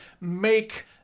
make